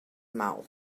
mouth